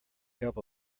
help